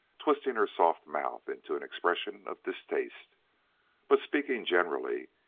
twisting her soft mouth into an expression of distaste but, speaking generally,